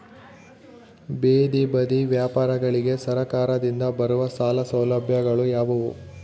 ಬೇದಿ ಬದಿ ವ್ಯಾಪಾರಗಳಿಗೆ ಸರಕಾರದಿಂದ ಬರುವ ಸಾಲ ಸೌಲಭ್ಯಗಳು ಯಾವುವು?